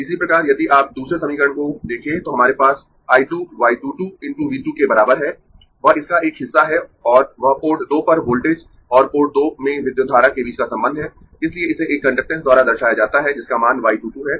इसी प्रकार यदि आप दूसरे समीकरण को देखें तो हमारे पास I 2 y 2 2 × V 2 के बराबर है वह इसका एक हिस्सा है और वह पोर्ट 2 पर वोल्टेज और पोर्ट 2 में विद्युत धारा के बीच का संबंध है इसलिए इसे एक कंडक्टेन्स द्वारा दर्शाया जाता है जिसका मान y 2 2 है